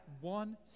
one